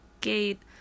gate